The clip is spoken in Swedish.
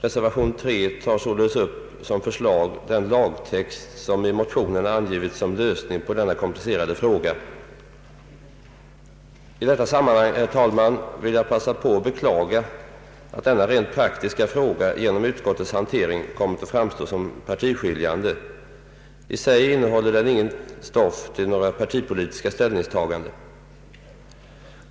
Reservation 3 tar således som förslag upp den lagtext som i motionerna angivits såsom lösning på denna komplicerade fråga. I detta sammanhang, herr talman, vill jag passa på att beklaga att denna rent praktiska fråga genom utskottets hantering kommit att framstå som partiskiljande. I sig innehåller den inget stoff till några partipolitiska ställningstaganden.